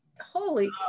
Holy